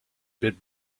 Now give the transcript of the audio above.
bit